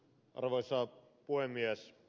arvoisa puhemies